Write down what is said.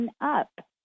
up